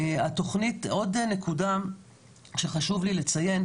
עוד נקודה שחשוב לי לציין,